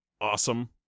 Awesome